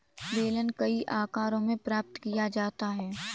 बेलन कई आकारों में प्राप्त किया जाता है